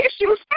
issues